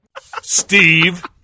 Steve